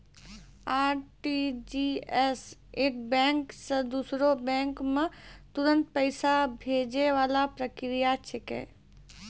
RTGS एक bank से दूसरो बैंक मे तुरंत पैसा भैजै वाला प्रक्रिया छिकै